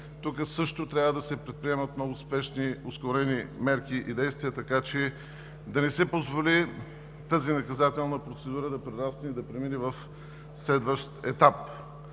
Тук също трябва да се предприемат много спешни, ускорени мерки и действия, така че да не се позволи тази наказателна процедура да премине в следващ етап.